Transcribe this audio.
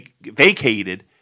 vacated